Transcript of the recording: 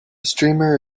streamer